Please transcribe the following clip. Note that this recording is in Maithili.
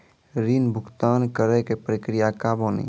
ऋण भुगतान करे के प्रक्रिया का बानी?